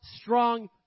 strong